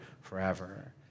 forever